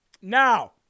now